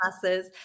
classes